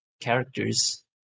characters